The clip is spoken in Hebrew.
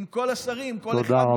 עם כל השרים, תודה רבה.